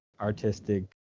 artistic